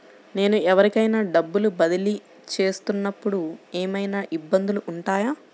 నేను ఎవరికైనా డబ్బులు బదిలీ చేస్తునపుడు ఏమయినా ఇబ్బందులు వుంటాయా?